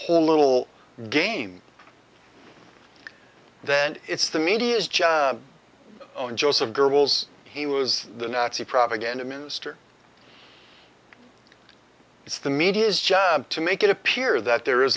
whole little game that it's the media's job on joseph goebbels he was the nasty propaganda minister it's the media's job to make it appear that there is